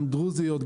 גם דרוזיות,